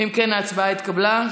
ההצעה התקבלה.